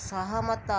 ସହମତ